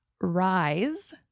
rise